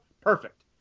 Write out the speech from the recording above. perfect